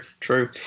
true